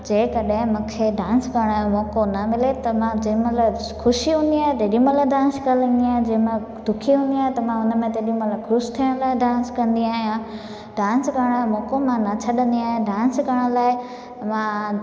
जेकॾहिं मूंखे डांस करण जो मौक़ो न मिले त मां जेमहिल ख़ुशी हूंदी आहे तेॾीमहिल डांस करी वेंदी आहियां जंहिं महिल दुखी हूंदी आहियां त मां उन में तेॾीमहिल ख़ुशि थियण लाइ डांस कंदी आहियां डांस करण जो मौक़ो मां न छॾींदी आहियां डांस करण लाइ मां